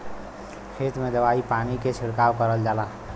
खेत में दवाई पानी के छिड़काव करल जाला